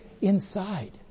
inside